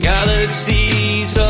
Galaxies